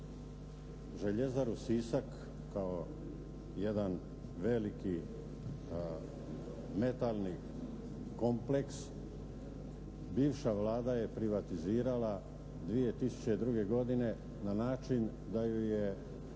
Željezaru "Sisak" kao jedan veliki metalni kompleks bivša Vlada je privatizirala 2002. godine, na način da ju je